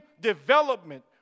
development